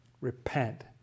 Repent